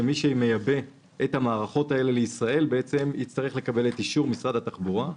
שמי שמייבא את המערכות האלה לישראל יצטרך לקבל את אישור משרד התחבורה,